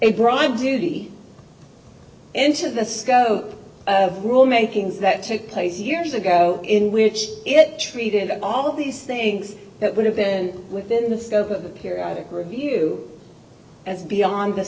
a bribe duly entered the scope of the rule makings that took place years ago in which it treated all of these things that would have been within the scope of the periodic review as beyond the